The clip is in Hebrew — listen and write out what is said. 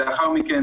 לאחר מכן,